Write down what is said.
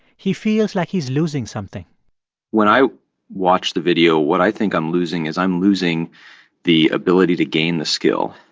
he feels like he's losing something when i watch the video, what i think i'm losing is i'm losing the ability to gain the skill.